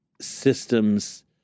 systems